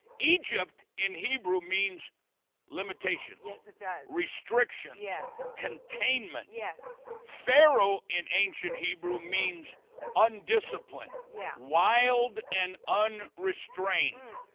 egypt in hebrew means limitation. yes it does. restriction. yes. containment. yes. pharaoh in ancient hebrew means undisciplined. yeah. wild and under restraint.